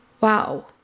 wow